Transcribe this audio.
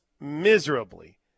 miserably